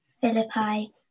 Philippi